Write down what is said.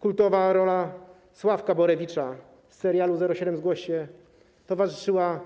Kultowa rola Sławka Borewicza z serialu „07 zgłoś się” towarzyszyła